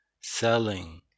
selling